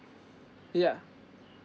yeah